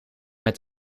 met